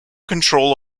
control